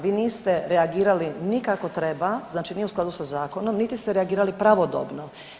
Vi niste reagirali ni kako treba, znači ni u skladu sa zakonom niti ste reagirali pravodobno.